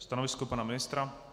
Stanovisko pana ministra?